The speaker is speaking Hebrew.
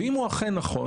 ואם הוא אכן נכון,